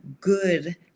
good